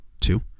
two